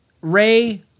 ray